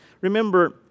Remember